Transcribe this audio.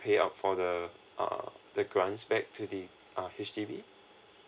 pay out for the uh the grants back to the uh H_D_B